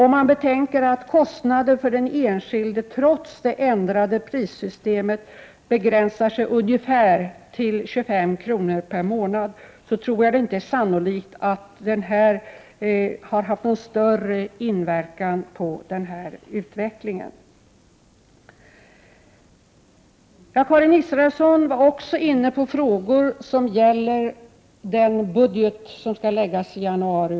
Om man betänker att kostnaden för den enskilde trots det ändrade prissystemet begränsar sig till ungefär 25 kr. per månad är det inte sannolikt att ändringen har haft någon större inverkan på utvecklingen. Karin Israelsson berörde också frågor som gäller den budget som skall läggas fram i januari.